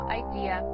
idea